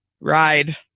ride